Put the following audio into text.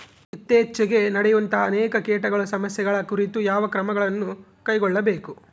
ಇತ್ತೇಚಿಗೆ ನಡೆಯುವಂತಹ ಅನೇಕ ಕೇಟಗಳ ಸಮಸ್ಯೆಗಳ ಕುರಿತು ಯಾವ ಕ್ರಮಗಳನ್ನು ಕೈಗೊಳ್ಳಬೇಕು?